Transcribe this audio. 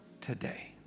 today